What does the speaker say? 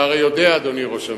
אתה הרי יודע, אדוני ראש הממשלה,